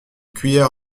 cuillère